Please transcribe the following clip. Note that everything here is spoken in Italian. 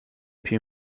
più